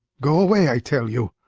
go away i tell you,